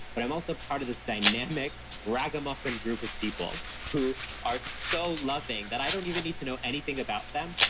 but i'm also part of this dynamic raggamuffin group of people who are so loving that i don't even need to know anything about them.